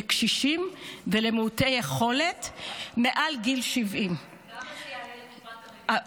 לקשישים ולמעוטי יכולת מעל גיל 70. כמה זה יעלה לקופת המדינה?